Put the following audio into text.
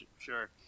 sure